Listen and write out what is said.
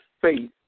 faith